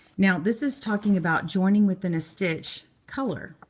now, this is talking about joining within a stitch color.